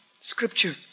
scripture